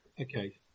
Okay